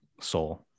soul